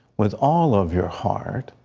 with all of your heart,